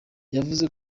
yavuze